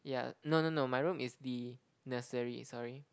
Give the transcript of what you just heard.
yeah no no no my room is the nursery sorry